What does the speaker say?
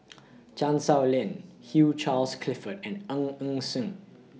Chan Sow Lin Hugh Charles Clifford and Ng Eng Sen